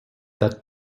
that